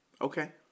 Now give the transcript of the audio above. Okay